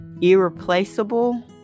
Irreplaceable